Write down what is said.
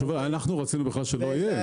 אנחנו רצינו שלא יהיה.